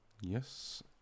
Yes